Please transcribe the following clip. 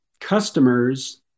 customers